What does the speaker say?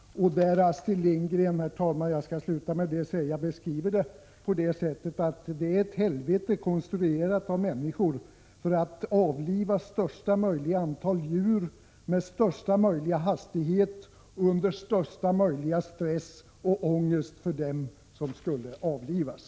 Astrid Lindgren beskriver det på följande sätt: Det är ett helvete konstruerat av människor för att avliva största möjliga antal djur med största möjliga hastighet och under största möjliga stress och ångest för dem som skulle avlivas.